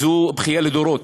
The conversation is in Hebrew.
זו בכייה לדורות.